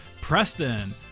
Preston